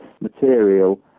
material